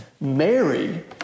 Mary